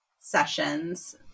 sessions